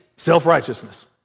Self-righteousness